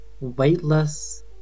weightless